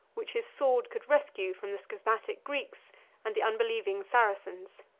which his sword could rescue from the schismatic greeks and the unbelieving saracens.